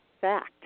fact